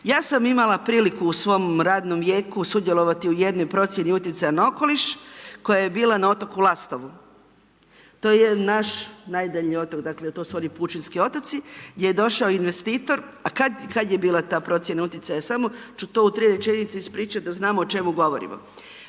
Ja sam imala prilike u svom radnom vijeku sudjelovati u jednoj procjeni utjecaja na okoliš koja je bila na otoku Lastovu. To je naš najdalji otok. Dakle, to su oni .../Govornik se ne razumije./... otoci gdje je došao investitor, a kad je bila ta procjena utjecaja? Samo ću to u 3 rečenice ispričati da znamo o čemu govorimo.